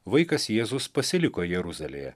vaikas jėzus pasiliko jeruzalėje